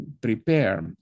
prepare